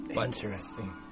interesting